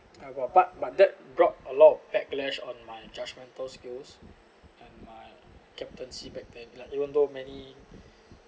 I got back but that brought a lot of backlash on my judgemental skills and my captaincy back then like even though many